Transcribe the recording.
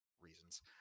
reasons